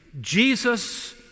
Jesus